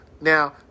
Now